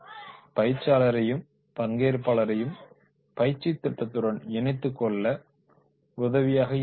அதுவே பயிற்சியாளரையும் பங்கேற்பாளரையும் பயிற்சி திட்டத்துடன் இணைத்துக் கொள்ள உதவியாக இருக்கும்